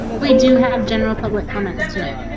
we do have general public comments tonight.